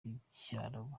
rw’icyarabu